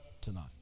tonight